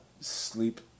Sleep